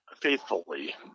faithfully